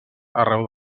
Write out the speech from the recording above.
arreu